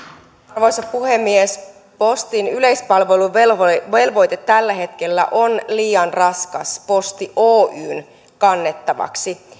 arvoisa puhemies postin yleispalveluvelvoite tällä hetkellä on liian raskas posti oyn kannettavaksi